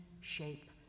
shape